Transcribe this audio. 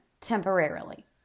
temporarily